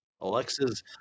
Alexa's